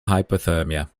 hypothermia